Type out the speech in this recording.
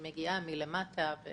היא מגיעה מלמטה.